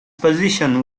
position